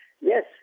yes